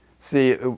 see